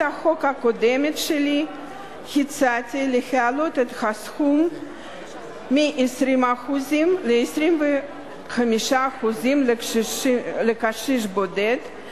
החוק הקודמת שלי הצעתי להעלות את הסכום מ-20% ל-25% לקשיש בודד,